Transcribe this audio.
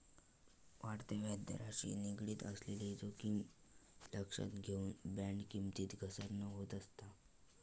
वाढत्या व्याजदराशी निगडीत असलेली जोखीम लक्षात घेऊन, बॉण्ड किमतीत घसरण होत असता